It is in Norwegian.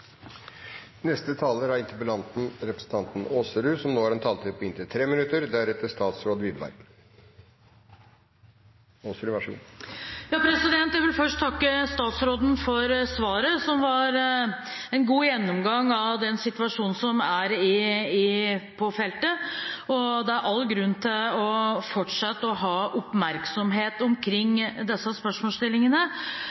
Jeg vil først takke statsråden for svaret, som var en god gjennomgang av den situasjonen som er på feltet, og det er all grunn til å fortsette å ha oppmerksomhet omkring